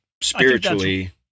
spiritually